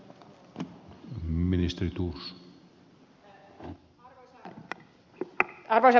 olisi hyvä kuulla kyllä